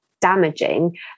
damaging